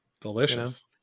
Delicious